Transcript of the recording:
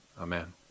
Amen